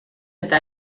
eta